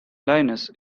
linus